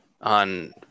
on